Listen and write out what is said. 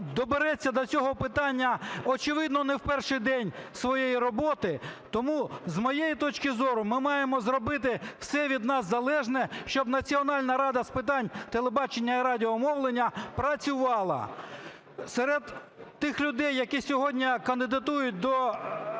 добереться до цього питання, очевидно, не в перший день своєї роботи. Тому, з моєї точки зору, ми маємо зробити все від нас залежне, щоб Національна рада з питань телебачення і радіомовлення працювала. Серед тих людей, які сьогодні кандидатують до